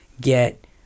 get